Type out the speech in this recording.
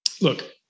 look